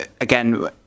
again